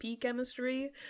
chemistry